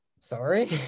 Sorry